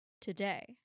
today